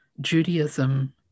Judaism